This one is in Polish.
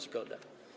Zgoda.